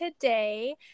today